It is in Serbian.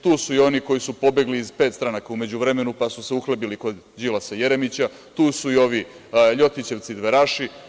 Tu su i oni koji su pobegli iz pet stranaka u međuvremenu, pa su se uhlebili kod Đilasa i Jeremića, tu su i ovi ljitićevci dveraši.